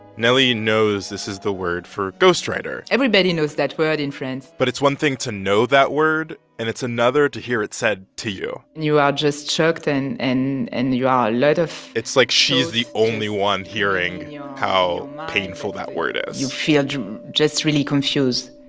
nelly knows this is the word for ghostwriter everybody knows that word in france but it's one thing to know that word, and it's another to hear it said to you and you are just shocked, and and and you are a lot of. it's like she's the only one hearing how painful that word is you feel just really confused